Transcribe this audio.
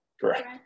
correct